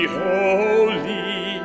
holy